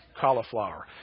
cauliflower